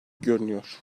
görünüyor